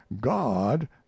God